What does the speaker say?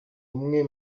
umwe